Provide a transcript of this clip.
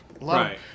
Right